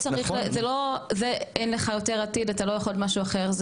זה כבר לא שאין לך יותר עתיד ולא תוכל לרכוש מקצוע אחר.